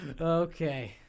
Okay